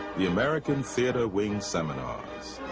the american theatre wing seminars